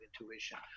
intuition